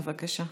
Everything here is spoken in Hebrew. בבקשה.